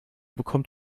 bekommt